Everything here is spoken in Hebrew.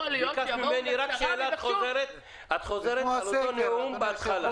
את חוזרת על הנאום מן ההתחלה.